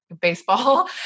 Baseball